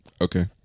okay